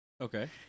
Okay